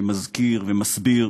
שמזכיר ומסביר.